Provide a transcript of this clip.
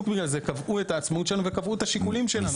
בגלל זה קבעו את העצמאות שלנו וקבעו את השיקולים שלנו.